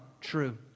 true